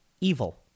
evil